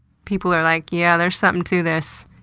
people are like, yeah, there's something to this.